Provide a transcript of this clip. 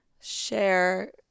share